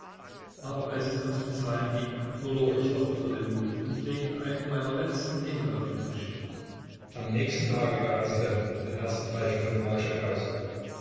aber als es ans bezahlen ging verlor ich doch wieder den mut und legte einen meiner letzten nickel auf den tisch am nächsten tage gaben sie dann den ersten falschen fünfmarkschein aus